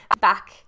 back